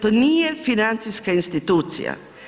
To nije financijska institucija.